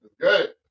Good